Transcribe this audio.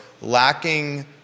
lacking